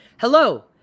Hello